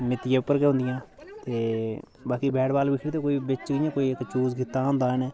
मिट्टियै उप्पर गै होंदियां ते बाकी वैटबाल बी खेढदे कोई बिच्च इ'यां कोई इक चूज कीते दा होंदा उ'नें